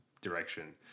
direction